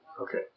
Okay